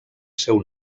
seu